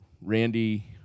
Randy